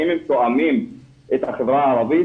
האם הם תואמים את החברה הערבית?